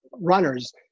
runners